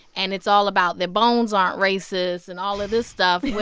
and it's all about their bones aren't racist and all of this stuff.